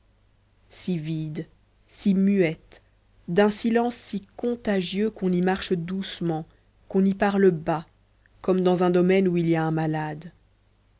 si vide si muette d'un silence si contagieux qu'on y marche doucement qu'on y parle bas comme dans un domaine où il y a un malade